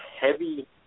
heavy